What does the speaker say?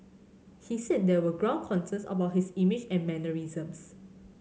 he said there were ground concerns about his image and mannerisms